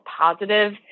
positive